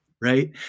Right